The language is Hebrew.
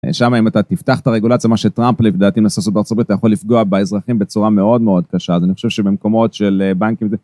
שם אם אתה תפתח את הרגולציה, מה שטראמפ לבדלת עם נסוס ארה״ב יכול לפגוע באזרחים בצורה מאוד מאוד קשה, אז אני חושב שבמקומות של בנקים זה...